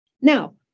Now